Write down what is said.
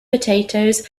potatoes